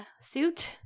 suit